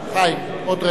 התשע"ב 2012, נתקבל.